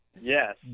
Yes